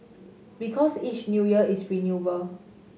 because each New Year is renewal